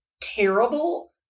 terrible